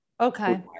okay